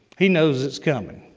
he knows it's coming.